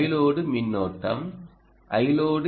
Iload மின்னோட்டம் Iload